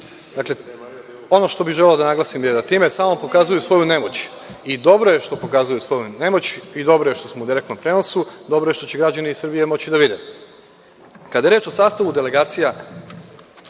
ono što bih želeo da naglasim je da time samo pokazuju svoju nemoć i dobro je što pokazuju svoju nemoć i dobro je što smo u direktnom prenosu, dobro je što će gađani Srbije moći da vide. Kada je reč o sastavu delegacija